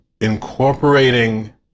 incorporating